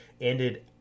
ended